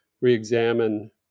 re-examine